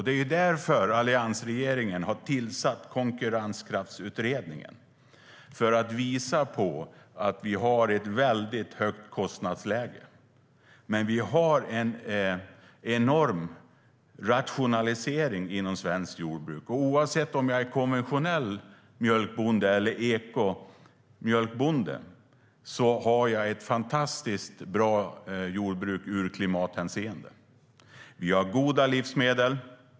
Det är därför alliansregeringen tillsatte Konkurrenskraftsutredningen, för att visa att vi har ett väldigt högt kostnadsläge. Det sker en enorm rationalisering inom svenskt jordbruk, och oavsett om jag är konventionell eller ekologisk mjölkbonde har jag ett fantastiskt bra jordbruk i klimathänseende. Vi har goda livsmedel.